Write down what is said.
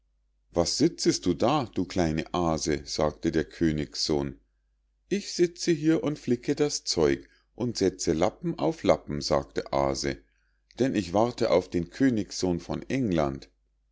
was sitzest du da du kleine aase sagte der königssohn ich sitze hier und flicke das zeug und setze lappen auf lappen sagte aase denn ich warte auf den königssohn von england